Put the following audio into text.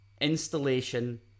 installation